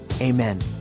amen